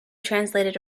translated